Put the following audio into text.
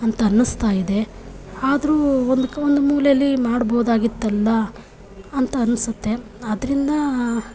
ಅಂತನ್ನಿಸ್ತಾಯಿದೆ ಆದರೂ ಒಂದು ಕ್ ಒಂದು ಮೂಲೆಯಲ್ಲಿ ಮಾಡ್ಬೋದಾಗಿತ್ತಲ್ಲ ಅಂತ ಅನ್ಸುತ್ತೆ ಆದ್ದರಿಂದ